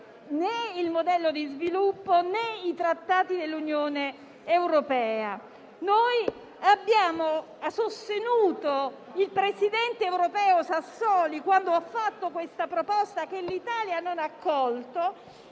né il modello di sviluppo né i trattati dell'Unione europea. Abbiamo sostenuto il presidente del Parlamento europeo Sassoli quando ha fatto una proposta che l'Italia non ha accolto